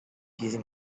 using